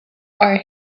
are